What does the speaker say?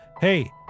hey